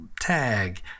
tag